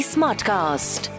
Smartcast